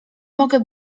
mogę